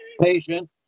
patient